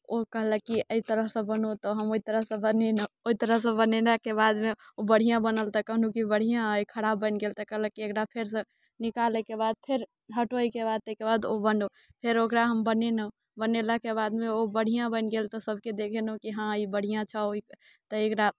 ओ कहलक कि एहि तरहसँ बनो तऽ हम ओहि तरहसँ बनेलहुँ ओहि तरहसँ बनेलाके बादमे ओ बढ़िआँ बनल तऽ कहलहुँ कि बढ़िआँ अइ खराब बनि गेल तऽ कहलक कि एकरा फेरसँ निकालैके बाद फेर हटबैके बाद ताहिके बाद ओ बनो फेर ओकरा हम बनेलहुँ बनेलाके बादमे ओ बढ़िआँ बनि गेल तऽ सभके देखेलहुँ कि हँ ई बढ़िआँ छौ तऽ एकरा